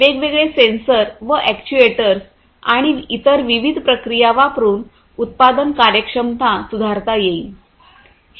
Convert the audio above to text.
वेगवेगळे सेन्सर व अॅक्ट्युएटर्स आणि इतर विविध प्रक्रिया वापरून उत्पादन कार्यक्षमता सुधारता येईल